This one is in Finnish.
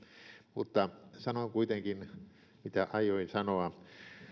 mutta sanon kuitenkin mitä aioin sanoa